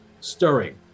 stirring